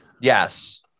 Yes